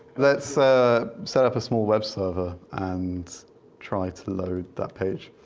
let's ah set up a small web server, and try to load that page.